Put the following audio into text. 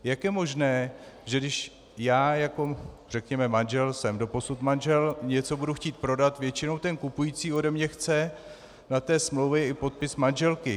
Jak je možné, že když já jako řekněme manžel, jsem doposud manžel, něco budu chtít prodat, většinou kupující ode mě chce na smlouvě i podpis manželky.